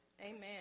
amen